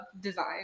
design